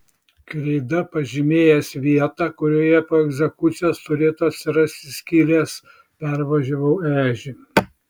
kreida pažymėjęs vietą kurioje po egzekucijos turėtų atsirasti skylės pervažiavau ežį